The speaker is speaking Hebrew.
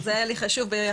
זה היה לי חשוב ביחס